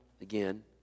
again